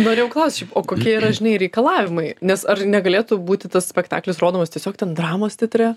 norėjau klaust šiaip o kokie yra žinai reikalavimai nes ar negalėtų būti tas spektaklis rodomas tiesiog ten dramos teatre